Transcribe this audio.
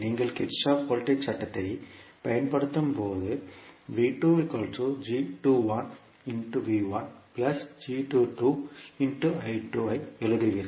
நீங்கள் கிர்ச்சோஃப்பின் வோல்டேஜ் சட்டத்தைப் Kirchhoff's voltage law பயன்படுத்தும்போது ஐ எழுதுவீர்கள்